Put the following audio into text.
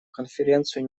конференции